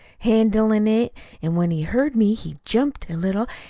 handlin' it, an' when he heard me, he jumped a little,